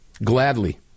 Gladly